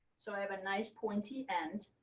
so i have a nice pointy end.